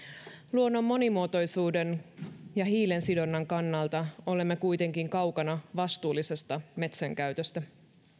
luonnon monimuotoisuuden ja hiilensidonnan kannalta olemme kuitenkin kaukana vastuullisesta metsänkäytöstä